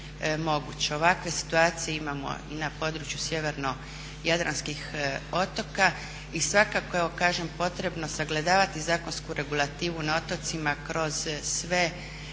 Ovakve situacije imamo i na području sjevernojadranskih otoka. I svakako je evo kažem potrebno sagledavati zakonsku regulativu na otocima kroz sve zakone.